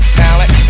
talent